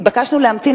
התבקשנו להמתין,